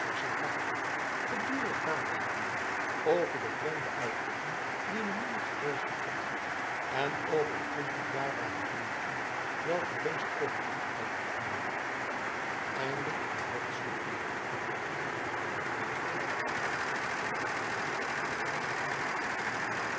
zijn kamer gedurig nadenkende over de vreemde uitdrukking die de monnik gebezigd had en over den onverklaarbaren invloed welken deze over hem uitoefende